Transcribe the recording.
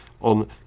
on